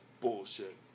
bullshit